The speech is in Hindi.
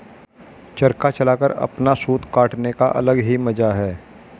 चरखा चलाकर अपना सूत काटने का अलग ही मजा है